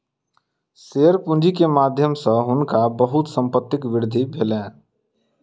share पूंजी के माध्यम सॅ हुनका बहुत संपत्तिक वृद्धि भेलैन